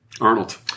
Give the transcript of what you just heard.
Arnold